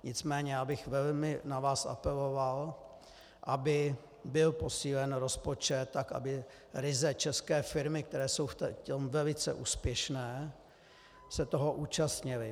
Nicméně já bych velmi na vás apeloval, aby byl posílen rozpočet tak, aby ryze české firmy, které jsou v tom velice úspěšné, se toho účastnily.